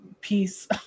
peace